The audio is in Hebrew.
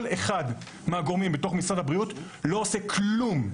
כל אחד מהגורמים בתוך משרד הבריאות לא עושה כלום,